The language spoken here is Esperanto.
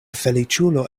feliĉulo